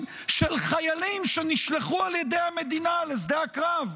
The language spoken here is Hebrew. של חיילים שנשלחו על ידי המדינה לשדה הקרב,